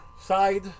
side